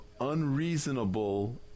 unreasonable